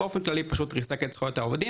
באופן כללי פשוט ריסק את זכויות העובדים